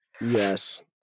Yes